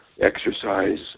exercise